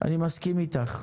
אני מסכים איתך.